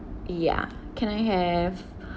ya can I have